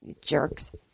jerks